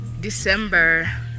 December